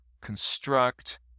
construct